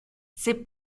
ces